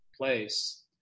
place